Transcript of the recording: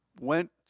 went